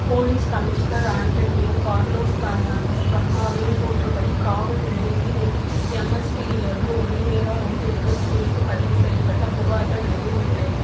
police commissioner Antonio Carlos ஸ்கர்மாவின் கூற்றுப்படி காவல் நிலையத்தில் எம்எஸ்டியிலிருந்து ஒலிவேரா ரோட்டிக்கஸ் குறித்துப் பதிவு செய்யப்பட்ட புகார்கள் எதுவும் இல்லை